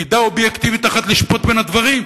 מידה אובייקטיבית אחת לשפוט בין הדברים.